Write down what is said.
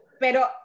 pero